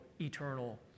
eternal